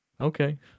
Okay